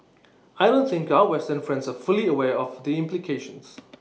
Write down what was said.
I don't think our western friends are fully aware of the implications